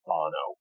Bono